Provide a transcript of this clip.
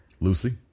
Lucy